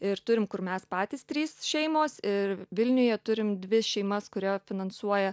ir turim kur mes patys trys šeimos ir vilniuje turim dvi šeimas kurią finansuoja